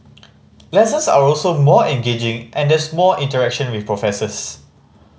lessons are also more engaging and there's more interaction with professors